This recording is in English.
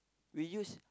we use